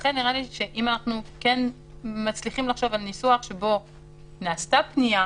לכן נראה לי שאם אנחנו מצליחים לחשוב על ניסוח שבו נעשתה פנייה,